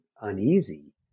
uneasy